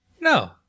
No